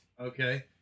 Okay